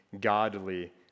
godly